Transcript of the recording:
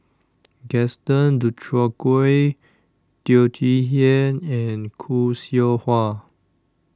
Gaston Dutronquoy Teo Chee Hean and Khoo Seow Hwa